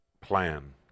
plan